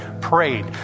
prayed